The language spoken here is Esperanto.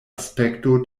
aspekto